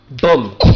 Boom